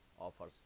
offers